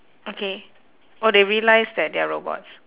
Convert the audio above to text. okay orh they realise that they're robots